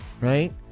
right